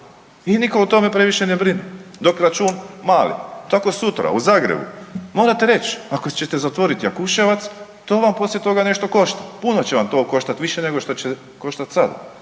i niko o tome previše ne brine dok račun mali. Tako sutra u Zagrebu morate reć ako ćete zatvorit Jakuševac to vam poslije toga nešto košta, puno će vam to koštat više nego što koštat sad